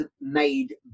made